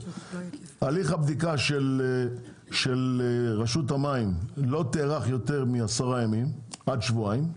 הליך הבדיקה של רשות המים לא תארך יותר מעשרה ימים עד שבועיים,